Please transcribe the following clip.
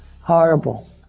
horrible